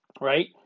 right